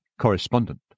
Correspondent